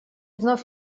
вновь